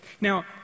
Now